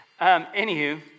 Anywho